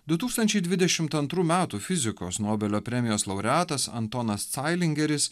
du tūkstančiai dvidešim antrų metų fizikos nobelio premijos laureatas antanas cailingeris